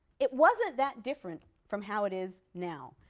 it wasn't that different from how it is now.